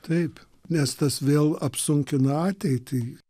taip nes tas vėl apsunkina ateitį